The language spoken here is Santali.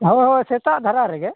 ᱦᱳᱭ ᱦᱳᱭ ᱥᱮᱛᱟᱜ ᱫᱷᱟᱨᱟ ᱨᱮᱜᱮ